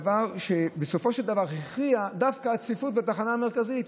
בסופו של דבר הכריעה דווקא הצפיפות בתחנה המרכזית,